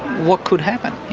what could happen?